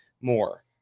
more